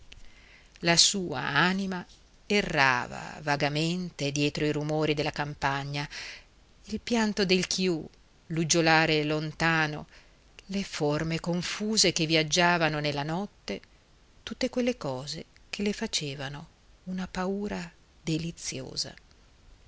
la sua anima errava vagamente dietro i rumori della campagna il pianto del chiù l'uggiolare lontano le forme confuse che viaggiavano nella notte tutte quelle cose che le facevano una paura deliziosa